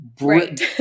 Right